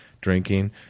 drinking